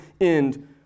end